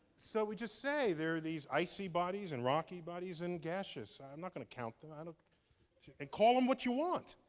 so we just say there are these icy bodies and rocky bodies and gaseous. i'm not going to count them. and and call them what you want.